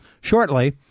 shortly